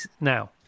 now